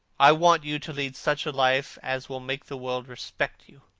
i want you to lead such a life as will make the world respect you.